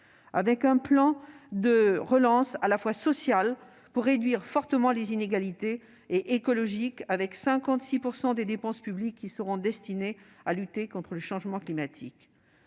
avec un plan de relance à la fois social, pour réduire fortement les inégalités, et écologique, avec 56 % des dépenses publiques qui seront destinées à lutter contre le changement climatique.